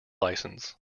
license